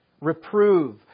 Reprove